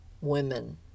women